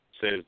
says